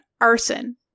arson